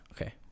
Okay